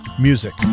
music